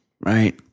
Right